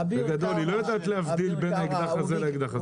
היא לא יודעת להבדיל בין האקדח הזה לאקדח הזה.